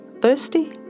Thirsty